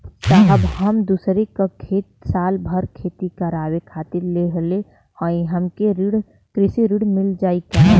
साहब हम दूसरे क खेत साल भर खेती करावे खातिर लेहले हई हमके कृषि ऋण मिल जाई का?